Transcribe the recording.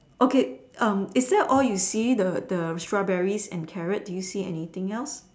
okay um is that all you see the the strawberries and carrot do you see anything else